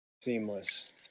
Seamless